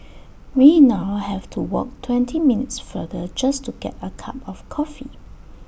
we now have to walk twenty minutes farther just to get A cup of coffee